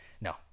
No